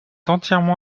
entièrement